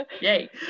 yay